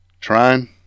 trying